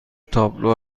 تابلو